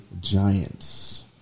Giants